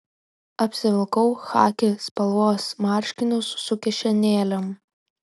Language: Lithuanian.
apsivilkau chaki spalvos marškinius su kišenėlėm